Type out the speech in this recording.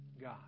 God